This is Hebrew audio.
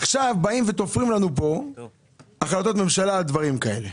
עכשיו תופרים לנו פה החלטות ממשלה על דברים כאלה.